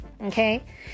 okay